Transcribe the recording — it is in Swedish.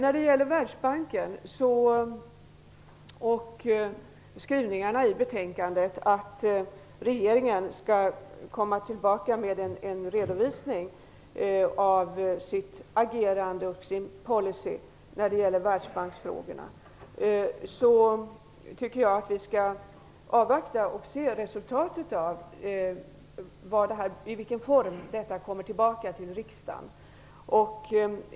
I betänkandet sägs att regeringen skall komma tillbaka med en redovisning av sitt agerande och sin policy när det gäller frågor som rör Världsbanken. Jag tycker att vi skall avvakta och se resultatet och i vilken form det här kommer tillbaka till riksdagen.